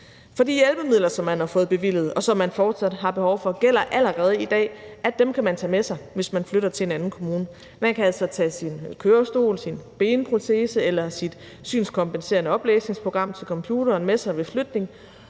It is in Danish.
For de hjælpemidler, som man har fået bevilget, og som man fortsat har behov for, gælder det allerede i dag, at man kan tage dem med sig, hvis man flytter til en anden kommune. Man kan altså tage sin kørestol, sin benprotese eller sit synskompenserende oplæsningsprogram til computeren med sig ved flytning,